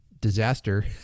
disaster